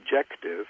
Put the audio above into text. objective